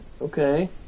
Okay